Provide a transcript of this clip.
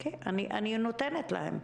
אני נותנת להם.